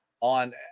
on